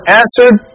answered